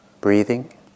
breathing